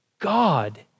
God